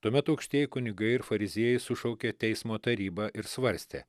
tuomet aukštieji kunigai ir fariziejai sušaukė teismo tarybą ir svarstė